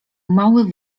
mały